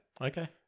Okay